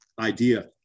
idea